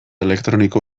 elektroniko